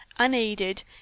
unaided